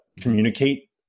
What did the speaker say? communicate